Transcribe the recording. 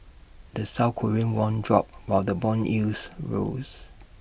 the south Korean won dropped while the Bond yields rose